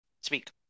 Speak